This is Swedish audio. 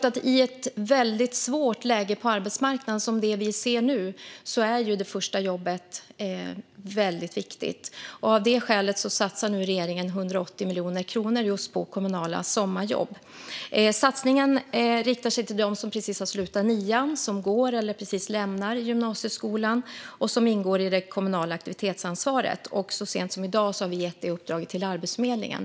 I ett väldigt svårt läge på arbetsmarknaden, som det vi ser nu, är det klart att det första jobbet är väldigt viktigt. Av det skälet satsar regeringen nu 180 miljoner kronor på kommunala sommarjobb. Satsningen riktar sig till dem som precis har slutat nian eller som går i eller precis har lämnat gymnasieskolan och omfattas av det kommunala aktivitetsansvaret. Så sent som i dag har vi gett detta uppdrag till Arbetsförmedlingen.